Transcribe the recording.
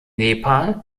nepal